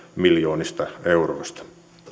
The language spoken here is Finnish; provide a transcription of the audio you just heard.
miljoonista euroista siirrymme